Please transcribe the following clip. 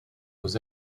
aux